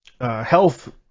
health